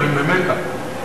גרים במכה?